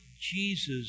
Jesus